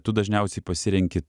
tu dažniausiai pasirenki